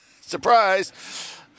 Surprise